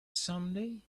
someday